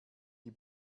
die